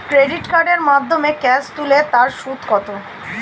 Credit কার্ডের মাধ্যমে cash তুলে তার সুদ কত?